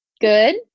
Good